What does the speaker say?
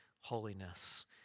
holiness